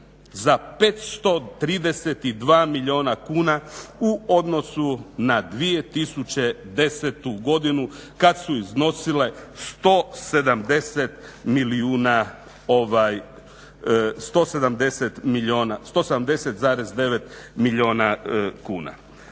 za 532 milijuna kuna u odnosu na 2010. godinu kad su iznosile 170,9 milijuna kuna.